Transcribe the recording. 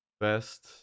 Best